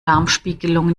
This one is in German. darmspiegelung